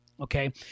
okay